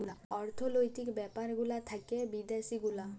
অর্থলৈতিক ব্যাপার গুলা থাক্যে বিদ্যাসি গুলা